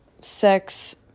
sex